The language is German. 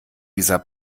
dieser